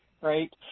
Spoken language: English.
right